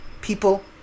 People